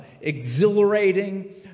exhilarating